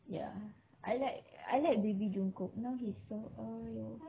ya I like I like baby jungkook now he's so !aww!